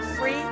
free